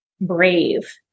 brave